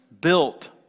built